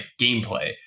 gameplay